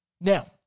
Now